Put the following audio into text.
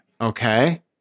okay